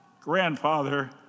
grandfather